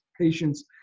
Patients